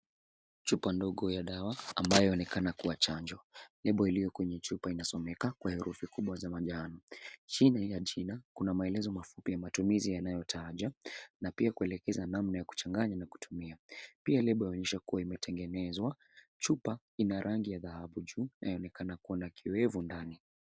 Chupa ndogo ya dawa, ambayo yaonekana kuwa chanjo. Nembo iliyo kwenye chupa inasomeka kwa herufi kubwa za manjano. Chini ya jina kuna maelezo mafupi ya matumizi yanayotajwa na pia kuelekeza namna ya kuchanganya na kutumia. Pia lebo inaonyesha kuwa imetengenezwa, chupa ina rangi ya dhahabu juu, inayonekana kuwa na kiwevu ndani.